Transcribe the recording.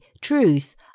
Truth